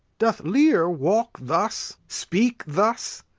doth lear walk thus? speak thus?